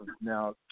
Now